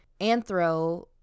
anthro